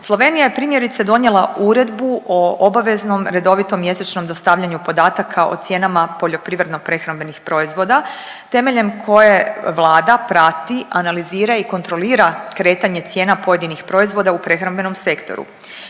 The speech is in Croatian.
Slovenija je primjerice donijela uredbu o obaveznom redovitom mjesečnom dostavljanju podataka o cijenama poljoprivredno prehrambenih proizvoda temeljem koje vlada prati, analizira i kontrolira kretanje cijena pojedinih proizvoda u prehrambenom sektoru.